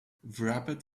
wrapped